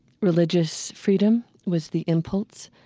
religious freedom was the impulse.